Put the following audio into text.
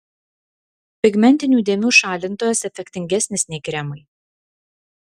pigmentinių dėmių šalintojas efektingesnis nei kremai